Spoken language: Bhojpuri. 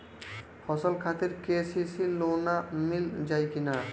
फसल खातिर के.सी.सी लोना मील जाई किना?